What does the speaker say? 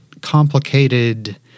complicated